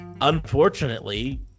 unfortunately